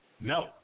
No